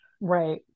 right